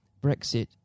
Brexit